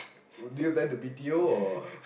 do you plan to b_t_o or